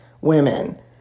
women